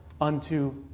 Unto